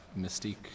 mystique